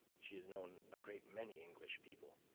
she has known a great many english people.